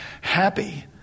happy